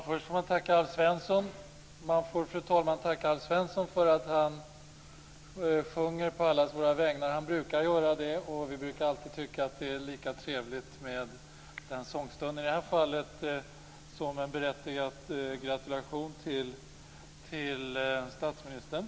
Fru talman! Först får jag tacka Alf Svensson för att han sjunger på allas vägnar. Han brukar göra det, och vi brukar alltid tycka att det är lika trevligt med den sångstunden. I det här fallet var det en berättigad gratulation till statsministern.